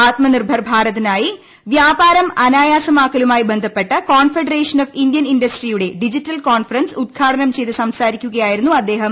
ആത്മനിർഭർ ഭാരതിനായി വ്യാപാരം അനായാസമാക്കലുമായി ബന്ധപ്പെട്ട കോൺഫെഡറേഷൻ ഓഫ് ഇന്ത്യൻ ഇൻഡസ്ട്രിയുടെ ഡിജിറ്റൽ കോൺഫ്റ്റ്റർസ് ഉദ്ഘാടനം ചെയ്തു സംസാരിക്കുകയായിരുന്നു ് അദ്ദേഹം